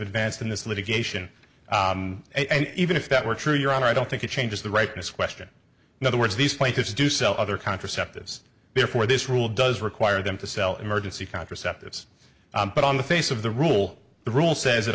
advanced in this litigation and even if that were true your honor i don't think it changes the rightness question in other words these plaintiffs do sell other contraceptives therefore this rule does require them to sell emergency contraceptives but on the face of the rule the rule says it